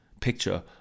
picture